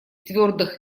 твердых